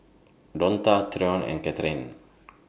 Donta Tyron and Kathryne